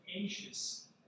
anxious